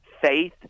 faith